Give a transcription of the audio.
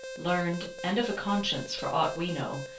learned, and of a conscience, for aught we know,